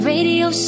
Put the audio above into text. Radio